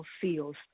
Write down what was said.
feels